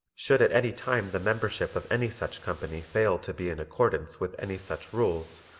should at any time the membership of any such company fail to be in accordance with any such rules,